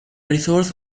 resource